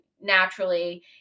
naturally